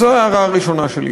אז זו ההערה הראשונה שלי.